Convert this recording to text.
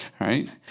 right